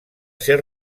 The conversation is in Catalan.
ser